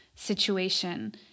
situation